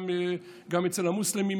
גם אצל המוסלמים,